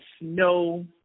no